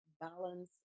balance